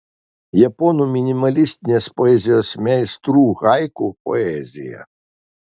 japonų minimalistinės poezijos meistrų haiku poezija